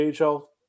AHL